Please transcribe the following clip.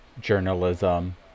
journalism